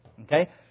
Okay